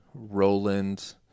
Roland